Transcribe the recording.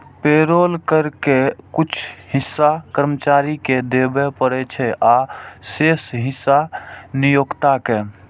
payroll कर के कुछ हिस्सा कर्मचारी कें देबय पड़ै छै, आ शेष हिस्सा नियोक्ता कें